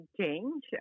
change